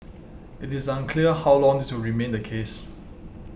it is unclear how long this will remain the case